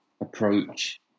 approach